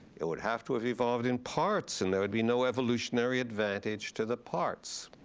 it would have to have evolved in parts and there would be no evolutionary advantage to the parts.